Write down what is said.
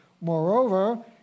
Moreover